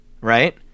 right